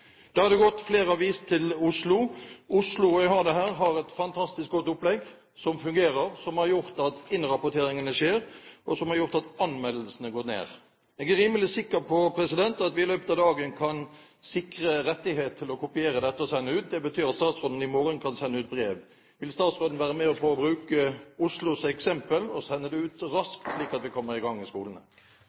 har vist til Oslo. Oslo har et fantastisk godt opplegg – jeg har det her – som fungerer, som har gjort at innrapporteringene skjer, og som har gjort at anmeldelsene har gått ned. Jeg er rimelig sikker på at vi i løpet av dagen kan sikre rettigheter til å kopiere dette og sende det ut. Det betyr at statsråden i morgen kan sende ut brev. Vil statsråden være med på å bruke Oslos eksempel, og sende det ut raskt, slik at vi kommer i gang i skolene?